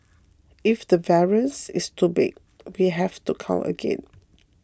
if the variance is too big we have to count again